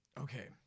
Okay